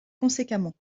conséquemment